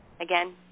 Again